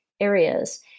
areas